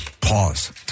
Pause